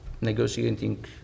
negotiating